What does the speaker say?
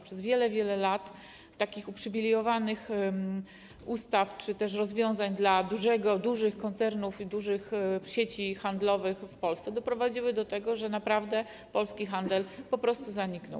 Przez wiele, wiele lat takie uprzywilejowane ustawy czy też rozwiązania dla dużych koncernów i dużych sieci handlowych w Polsce doprowadziły do tego, że naprawdę polski handel po prostu zaniknął.